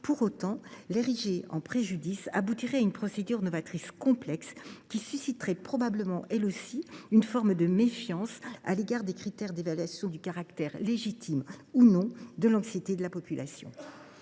Pour autant, l’ériger en préjudice aboutirait à une procédure novatrice complexe, qui susciterait probablement, elle aussi, une forme de méfiance à l’égard des critères d’évaluation du caractère légitime ou non de l’anxiété de la population.